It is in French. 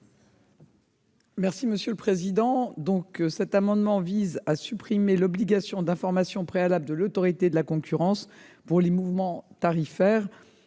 est à Mme la ministre. Cet amendement vise à supprimer l'obligation d'information préalable de l'Autorité de la concurrence pour les mouvements tarifaires.